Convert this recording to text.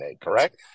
correct